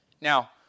Now